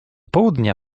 południa